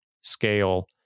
scale